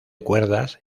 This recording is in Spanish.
cuerdas